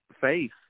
faith